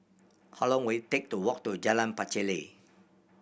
how long will it take to walk to Jalan Pacheli